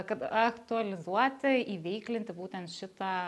kad aktualizuoti įveiklinti būtent šitą